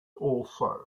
also